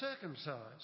circumcised